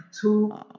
two